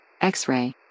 X-ray